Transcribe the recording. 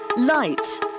Lights